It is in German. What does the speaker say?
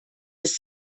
ist